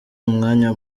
umwanya